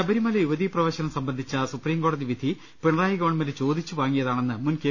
ശബരിമല യുവതീ പ്രവേശനം സംബന്ധിച്ച സുപ്രിംകോടതി വിധി പിണ റായി ഗവൺമെന്റ് ചോദിച്ചു വാങ്ങിയതാണെന്ന് മുൻ കെ